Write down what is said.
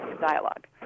dialogue